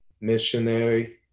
missionary